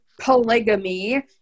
polygamy